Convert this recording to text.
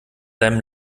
deinem